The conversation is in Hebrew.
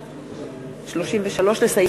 נגד,